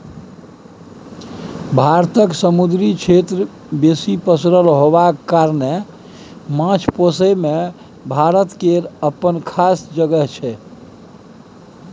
भारतक समुन्दरी क्षेत्र बेसी पसरल होबाक कारणेँ माछ पोसइ मे भारत केर अप्पन खास जगह छै